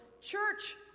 church